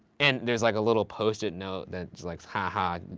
and there's like a little post-it note that's like, ha ha,